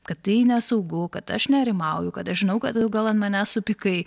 kad tai nesaugu kad aš nerimauju kad aš žinau kad tu gal manęs supykai